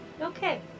Okay